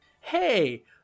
Hey